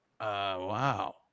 wow